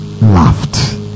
laughed